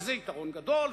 וזה יתרון גדול,